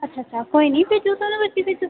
अच्छा अच्छा कोई निं भेज्जो दोनों बच्चे भेज्जो